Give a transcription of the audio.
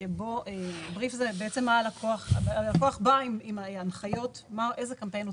שזה ההנחיות שהלקוח מגיש לגבי הקמפיין שהוא